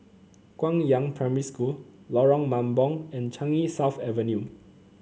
Guangyang Primary School Lorong Mambong and Changi South Avenue